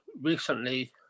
Recently